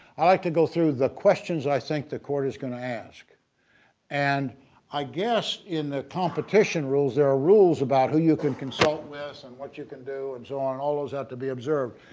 i like to go through the questions i think the court is going to ask and i guess in the competition rules there are rules about who you can consult with and what you can do and so on all those have to be observed.